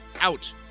out